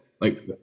like-